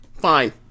fine